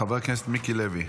חבר הכנסת מיקי לוי.